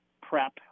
PrEP